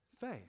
Faith